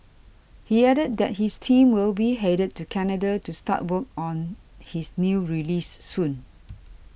he added that his team will be headed to Canada to start work on his new release soon